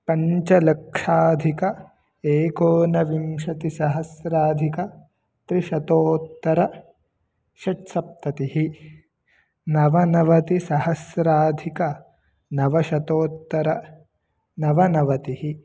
पञ्चलक्षाधिका एकोनविंशतिसहस्राधिकत्रिशतोत्तरषट्सप्ततिः नवनवतिसहस्राधिकनवशतोत्तरनवनवतिः